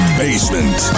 basement